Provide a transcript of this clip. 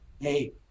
Hey